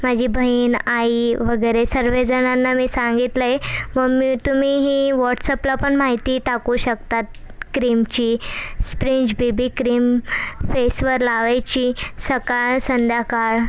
माझी बहीण आई वगैरे सर्व जणांना मी सांगितलं आहे व मी तुम्ही ही व्हॉटसअपला पण माहिती टाकू शकता क्रीमची स्प्रिंज बेबी क्रीम फेसवर लावायची सकाळ संध्याकाळ